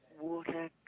water